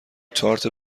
تارت